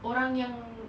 orang yang